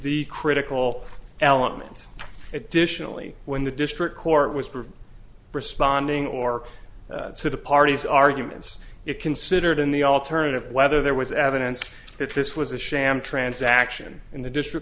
the critical element additionally when the district court was responding or to the parties arguments it considered in the alternative whether there was evidence that this was a sham transaction in the district